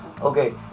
Okay